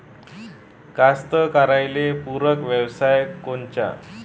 कास्तकाराइले पूरक व्यवसाय कोनचा?